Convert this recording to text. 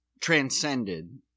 transcended